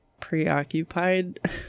preoccupied